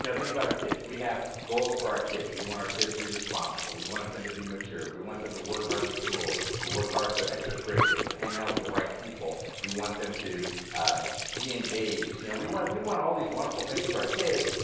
you know think about our kids. we have goals for our kids we want our kids to be responsible, we want them to be mature, we want them to work hard in school, to work hard at their extra curricula, to hang out with the right people, we want them to um be engaged. you know we want we want all these wonderful things for our kids,